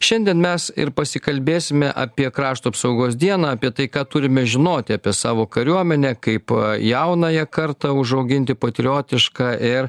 šiandien mes ir pasikalbėsime apie krašto apsaugos dieną apie tai ką turime žinoti apie savo kariuomenę kaip jaunąją kartą užauginti patriotišką ir